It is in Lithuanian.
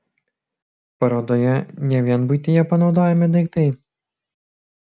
parodoje ne vien buityje panaudojami daiktai